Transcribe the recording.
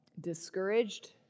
discouraged